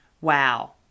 Wow